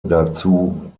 dazu